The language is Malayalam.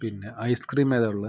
പിന്നെ ഐസ് ക്രീം ഏതാ ഉള്ളത്